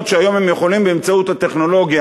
שהיום הם יכולים באמצעות הטכנולוגיה,